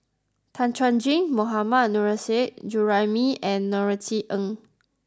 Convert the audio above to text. Tan Chuan Jin Mohammad Nurrasyid Juraimi and Norothy Ng